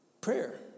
Prayer